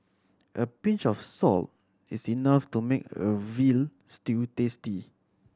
a pinch of salt is enough to make a veal stew tasty